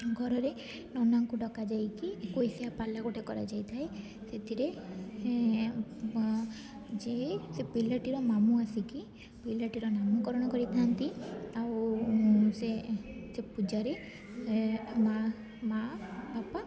ଘରରେ ନନାଙ୍କୁ ଡ଼କାଯାଇକି ଏକୋଇଶିଆ ପାଲା ଗୋଟେ କରାଯାଇଥାଏ ସେଥିରେ ଯିଏ ସେ ପିଲାଟିର ମାମୁଁ ଆସିକି ପିଲାଟିର ନାମକରଣ କରିଥାନ୍ତି ଆଉ ସେ ସେ ପୂଜାରେ ମାଆ ମାଆ ବାପା